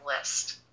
list